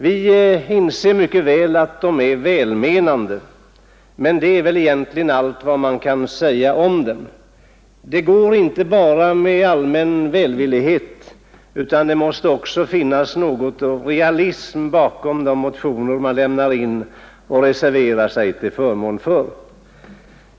Vi inser att de är välmenande, men det är nog egentligen allt som kan sägas om dem. Det räcker inte med bara välmening; det måste också finnas någon realism bakom de motioner som man lämnar in och reserverar sig till förmån för.